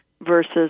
versus